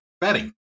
betting